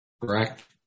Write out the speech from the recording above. correct